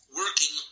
working